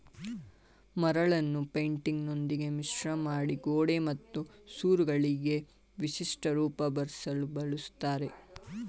ಮರಳನ್ನು ಪೈಂಟಿನೊಂದಿಗೆ ಮಿಶ್ರಮಾಡಿ ಗೋಡೆ ಮತ್ತು ಸೂರುಗಳಿಗೆ ವಿಶಿಷ್ಟ ರೂಪ ಬರ್ಸಲು ಬಳುಸ್ತರೆ